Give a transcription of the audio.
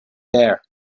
there